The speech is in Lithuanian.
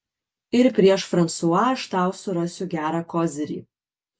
ir prieš fransua aš tau surasiu gerą kozirį